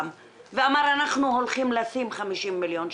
ואמר שאנחנו הולכים לשים 50 מיליון שקל.